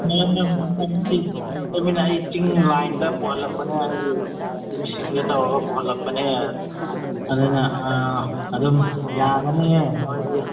ꯇꯨꯃꯤꯟꯅ ꯑꯩ ꯆꯤꯡ ꯂꯥꯏꯟꯗ ꯄꯨꯍꯜꯂꯛꯄꯅꯦ ꯑꯩꯗꯤ ꯃꯤꯁꯤꯡꯗ ꯇꯧꯔꯒ ꯄꯨꯍꯜꯂꯛꯄꯅꯦ ꯑꯗꯨꯅ ꯑꯗꯨꯝ ꯌꯥꯒꯅꯤ ꯅꯣꯏꯒꯤ